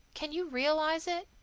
can you realize it?